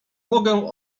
mogę